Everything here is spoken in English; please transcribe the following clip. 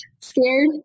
scared